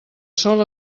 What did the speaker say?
sol